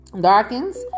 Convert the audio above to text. darkens